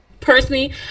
personally